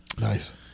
Nice